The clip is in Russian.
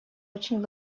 очень